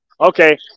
okay